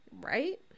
Right